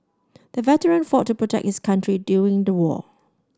the veteran fought to protect his country during the war